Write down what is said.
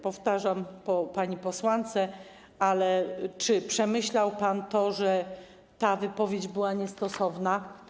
Powtarzam po pani posłance, ale czy przemyślał pan to, że ta wypowiedź była niestosowna?